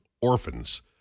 orphans